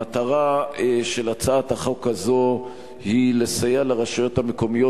המטרה של הצעת החוק הזאת היא לסייע לרשויות המקומיות